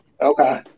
Okay